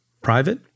private